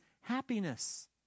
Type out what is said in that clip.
happiness